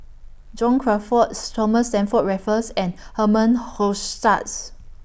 John Crawfurd's Thomas Stamford Raffles and Herman Hochstadt's